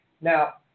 Now